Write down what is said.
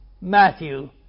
Matthew